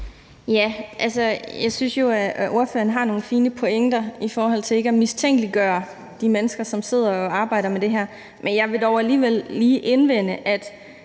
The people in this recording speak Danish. Altså, jeg synes jo, at ordføreren har nogle fine pointer i forhold til ikke at mistænkeliggøre de mennesker, som sidder og arbejder med det her. Men jeg vil dog alligevel lige indvende, at